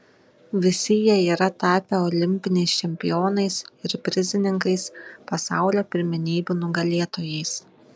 visi jie yra tapę olimpiniais čempionais ir prizininkais pasaulio pirmenybių nugalėtojais